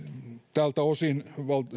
tältä osin